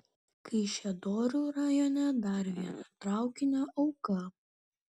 kaišiadorių rajone dar viena traukinio auka